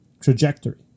trajectory